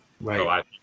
right